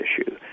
issue